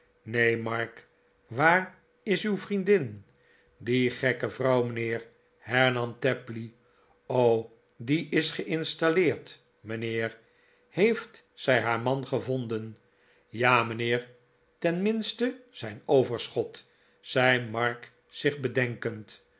mark waar is uw vriendin die gekke vrouw mijnheer hernam tapley die is geinstalleerd mijnheer heeft zij haar man gevonden ja mijnheer tenminste zijn overschot zei mark zich bedenkend